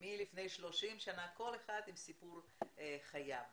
אחד עם סיפור חייו.